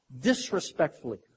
Disrespectfully